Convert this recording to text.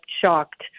shocked